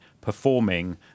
performing